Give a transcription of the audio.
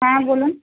হ্যাঁ বলুন